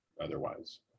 otherwise